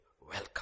welcome